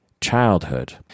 childhood